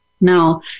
Now